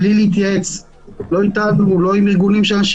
בלי להתייעץ איתנו או עם ארגונים של אנשים